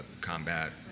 combat